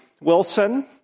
wilson